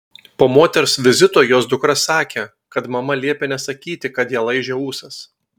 po moters vizito jos dukra sakė kad mama liepė nesakyti kad ją laižė ūsas